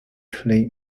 clay